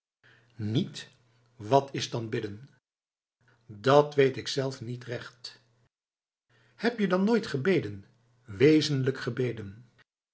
niet wat is dan bidden dat weet ik zelf niet recht heb je dan nooit gebeden wezenlijk gebeden